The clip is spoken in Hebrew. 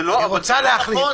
זה לא נכון.